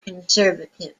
conservative